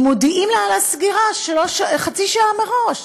ומודיעים לה על הסגירה חצי שעה מראש.